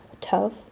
tough